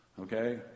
Okay